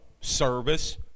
service